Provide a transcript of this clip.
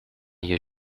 you